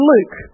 Luke